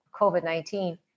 COVID-19